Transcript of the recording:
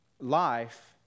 life